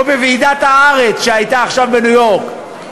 או בוועידת "הארץ" שהייתה עכשיו בניו-יורק.